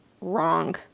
wrong